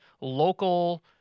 local